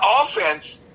offense